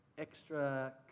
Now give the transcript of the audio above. extra